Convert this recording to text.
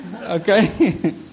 okay